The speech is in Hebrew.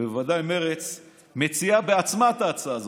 ובוודאי מרצ מציעה בעצמה את ההצעה הזאת.